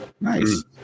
Nice